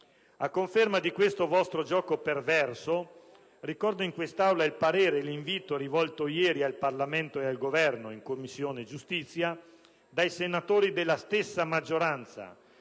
A conferma di questo vostro gioco perverso, ricordo in quest'Aula il parere, l'invito rivolto ieri al Parlamento ed al Governo in Commissione giustizia dai senatori della stessa maggioranza,